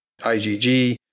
IgG